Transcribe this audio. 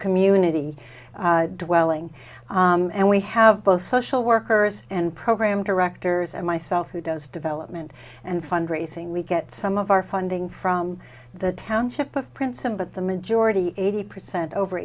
community dwelling and we have both social workers and program directors and myself who does development and fundraising we get some of our funding from the township of princeton but the majority eighty percent over